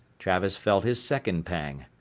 travis felt his second pang.